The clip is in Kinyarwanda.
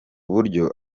buryo